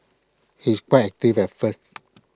he's quite active at first